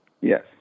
Yes